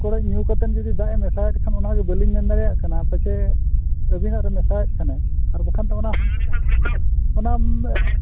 ᱠᱚᱨᱮᱜ ᱧᱩ ᱠᱟᱛᱮᱱ ᱡᱩᱫᱤ ᱫᱟᱜ ᱮ ᱢᱮᱥᱟᱭᱮᱫ ᱠᱷᱟᱱ ᱚᱱᱟᱜᱮ ᱵᱟᱹᱞᱤᱧ ᱢᱮᱱ ᱫᱟᱲᱮᱭᱟᱜ ᱠᱟᱱᱟ ᱯᱟᱪᱮᱫ ᱟᱹᱵᱤᱱᱟᱜ ᱨᱮ ᱢᱮᱥᱟᱭᱮᱫ ᱠᱟᱱᱟᱭ ᱟᱨ ᱵᱟᱠᱷᱟᱱ ᱛᱚ ᱚᱱᱟ